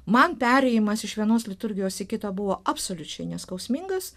man perėjimas iš vienos liturgijos į kitą buvo absoliučiai neskausmingas